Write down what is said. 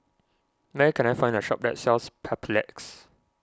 where can I find a shop that sells Papulex